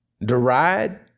deride